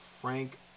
Frank